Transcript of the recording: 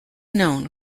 known